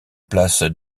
place